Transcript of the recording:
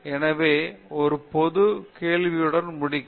எனவே ஒரு பொது கேள்வியுடன் முடிக்கலாம்